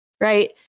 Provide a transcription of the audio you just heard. right